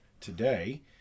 today